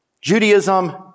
Judaism